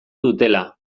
dutela